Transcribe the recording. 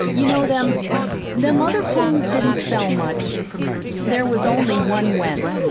you know, them them other poems didn't sell much there was only one went,